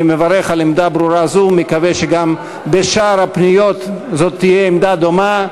אני מברך על עמדה ברורה זו ומקווה שגם בשאר הפניות תהיה עמדה דומה,